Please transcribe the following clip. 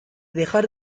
dejar